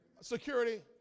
Security